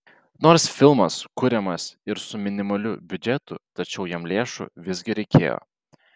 nors filmas kuriamas ir su minimaliu biudžetu tačiau jam lėšų visgi reikėjo